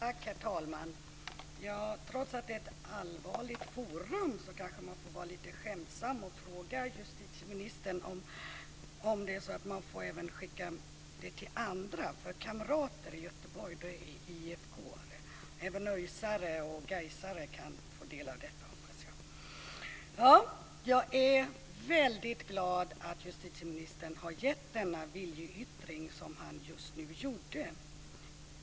Herr talman! Trots att det är ett allvarligt forum får man kanske vara lite skämtsam och fråga justitieministern om man får skicka det även till andra. Kamrater i Göteborg är IFK:are. Jag hoppas att även ÖIS:are och GAIS:are kan få del av detta. Jag är väldigt glad att justitieministern har gett den viljeyttring som han just nu gjorde.